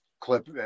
clip